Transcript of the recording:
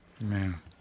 man